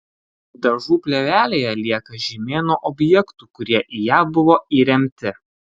dažų plėvelėje lieka žymė nuo objektų kurie į ją buvo įremti